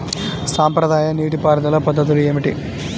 సాంప్రదాయ నీటి పారుదల పద్ధతులు ఏమిటి?